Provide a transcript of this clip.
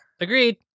Agreed